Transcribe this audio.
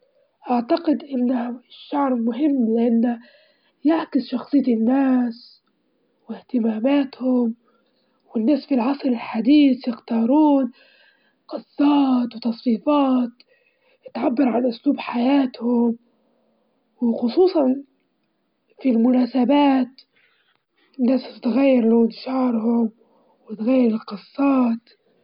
الرياضيات مثل رفع الأثقال وكرة القدم، وتتطلب قوة بدنية كبيرة، أما الرياضيات مثل السباحة واليوجا ممكن تحتاج إلى مرونة أكتر من القوة، بعض الرياضيات بتحتاج للسرعة متل كرة القدم وغيرها.